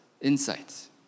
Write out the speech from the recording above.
insights